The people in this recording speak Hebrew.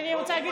שאני אוכל לדבר.